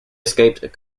escaped